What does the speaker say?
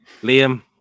liam